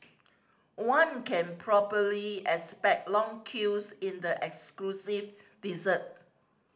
one can probably expect long queues in the exclusive dessert